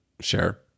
share